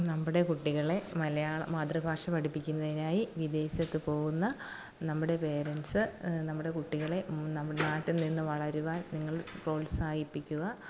നമ്മുടെ കുട്ടികളെ മാതൃഭാഷ പഠിപ്പിക്കുന്നതിനായി വിദേശത്ത് പോകുന്ന നമ്മുടെ പേരെൻറ്റ്സ് നമ്മുടെ കുട്ടികളെ നമ്മുടെ നാട്ടിൽ നിന്ന് വളരുവാൻ നിങ്ങൾ പ്രോത്സാഹിപ്പിക്കുക